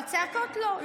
אבל צעקות לא,